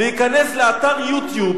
מיכאל בן-ארי,